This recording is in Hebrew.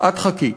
את חכי".